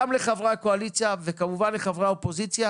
גם לחברי הקואליציה וכמובן לחברי האופוזיציה